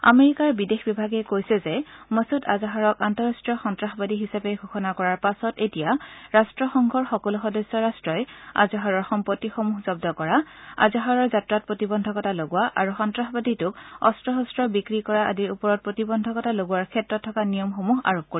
আমেৰিকাৰ বিদেশ বিভাগে কৈছে যে মছুদ আজহাৰক আন্তঃৰাষ্ট্ৰীয় সন্তাসবাদী হিচাপে ঘোষণা কৰাৰ পাছত এতিয়া ৰাষ্ট্ৰসংঘৰ সকলো সদস্য ৰাষ্ট্ৰই আজহাৰৰ সম্পত্তিসমূহ জন্দ কৰা আজহাৰৰ যাত্ৰাত প্ৰতিবন্ধকতা লগোৱা আৰু সন্ত্ৰাসবাদীটোক অস্ত শস্ত্ৰ বিক্ৰী কৰা আদিৰ ওপৰত প্ৰতিবন্ধকতা লগোৱাৰ ক্ষেত্ৰত থকা নিয়মসমূহ আৰোপ কৰিব